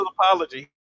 apology